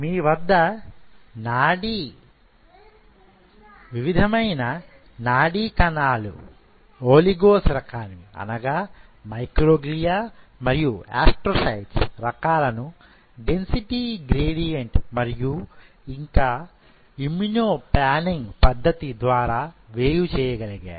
మీ వద్ద వివిధమైన నాడీ కణాలు ఒలిగొస్ రకానివి అనగా మైక్రోగ్లియా మరియు ఆస్ట్రోసైట్స్ రకాలను డెన్సిటీ గ్రేడియంట్ మరియు ఇంకా ఇమ్మ్యునో పాన్నింగ్ పద్ధతి ద్వారా వేరు చేయగలిగారు